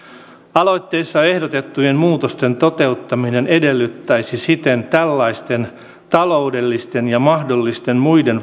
aloitteessa ehdotettujen muutosten toteuttaminen edellyttäisi siten tällaisten taloudellisten ja mahdollisten muiden